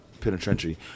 Penitentiary